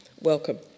Welcome